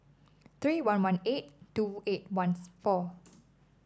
three one one eight two eight one four